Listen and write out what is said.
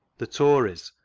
the tories,